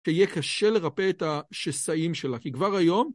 כי יהיה קשה לרפא את השסעים שלה, כי כבר היום...